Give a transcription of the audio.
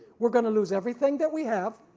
we're gonna lose everything that we have,